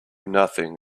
nothing